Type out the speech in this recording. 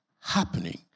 happening